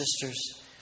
sisters